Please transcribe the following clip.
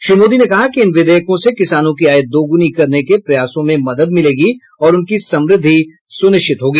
श्री मोदी ने कहा कि इन विधेयकों से किसानों की आय दोगुनी करने के प्रयासों में मदद मिलेगी और उनकी समृद्धि सुनिश्चित होगी